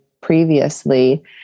previously